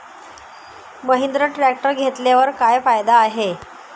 Mahindra tractor घेतल्यावर काय फायदा होईल?